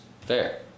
Fair